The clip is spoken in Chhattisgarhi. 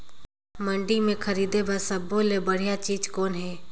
मंडी म खरीदे बर सब्बो ले बढ़िया चीज़ कौन हे?